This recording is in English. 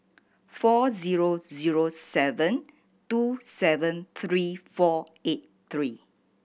four zero zero seven two seven three four eight three